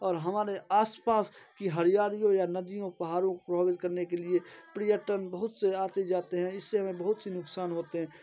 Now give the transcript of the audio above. और हमारे आस पास की हरयाली हो या नदियों पहाड़ों को प्रभावित करने के लिए पर्यटन बहुत से आते जाते हैं इससे हमें बहुत से नुक़सान होते हैं